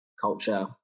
culture